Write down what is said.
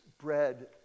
bread